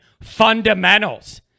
fundamentals